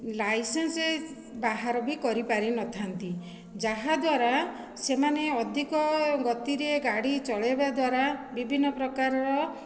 licence ବାହାର ବି କରି ପାରିନଥାନ୍ତି ଯାହା ଦ୍ୱାରା ସେମାନେ ଅଧିକ ଗତିରେ ଗାଡ଼ି ଚଲାଇବା ଦ୍ୱାରା ବିଭିନ୍ନ ପ୍ରକାରର